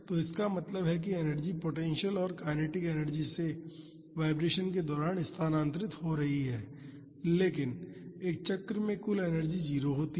तो इसका मतलब है कि एनर्जी पोटेंशिअल और काइनेटिक एनर्जी से वाईब्रेशन के दौरान स्थानांतरित हो रही है लेकिन एक चक्र में कुल एनर्जी 0 होती है